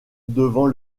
devant